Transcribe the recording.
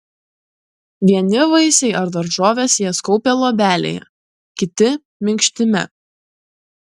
vieni vaisiai ar daržovės jas kaupia luobelėje kiti minkštime